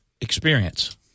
experience